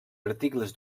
articles